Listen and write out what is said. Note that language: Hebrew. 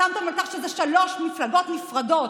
חתמתם על כך שזה שלוש מפלגות נפרדות,